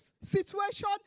situation